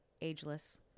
ageless